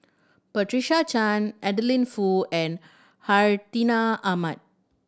Patricia Chan Adeline Foo and Hartinah Ahmad